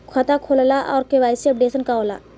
खाता खोलना और के.वाइ.सी अपडेशन का होला?